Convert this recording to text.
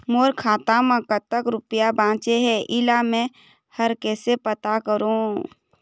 मोर खाता म कतक रुपया बांचे हे, इला मैं हर कैसे पता करों?